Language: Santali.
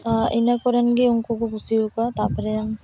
ᱤᱱᱟᱹ ᱠᱚᱨᱮᱱ ᱜᱮ ᱩᱱᱠᱩᱠᱚ ᱠᱩᱥᱤᱣᱟᱠᱚᱣᱟ ᱛᱟᱯᱚᱨᱮ